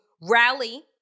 rally